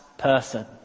person